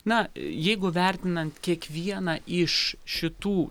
na jeigu vertinant kiekvieną iš šitų